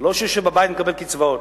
ולא שהוא יושב בבית ומקבל קצבאות.